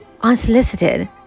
unsolicited